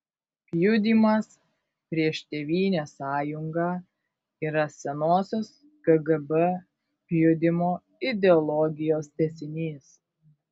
pjudymas prieš tėvynės sąjungą yra senosios kgb pjudymo ideologijos tęsinys